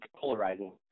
polarizing